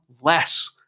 less